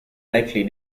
likely